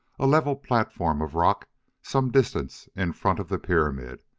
a level platform of rock some distance in front of the pyramid,